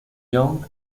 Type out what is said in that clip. young